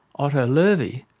otto loewi,